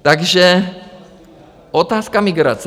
Takže otázka migrace.